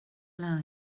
allow